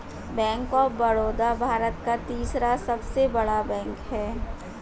bank of Baroda Bharat का तीसरा सबसे बड़ा बैंक हैं